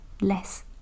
less